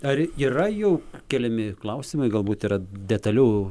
ar yra jau keliami klausimai galbūt yra detaliau